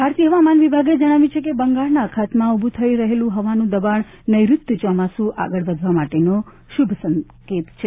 ભારતીય હવામાન વિભાગે જણાવ્યું છે કે બંગાળના અખાતમાં ઊભું થઈ રહેલું હવાનું દબાણ નેઋત્ય ચોમાસું આગળ વધવા માટેનો શુભસંકેત છે